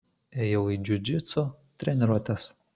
ėjau į džiudžitsu treniruotes